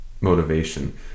motivation